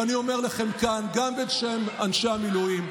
ואני אומר לכם כאן גם בשם אנשי המילואים: